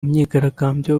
myigaragambyo